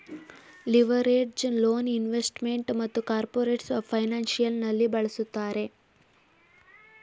leveraged loan investment ಮತ್ತು corporate financial ನಲ್ಲಿ ಬಳಸುತ್ತಾರೆ